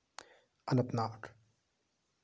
Anant Nag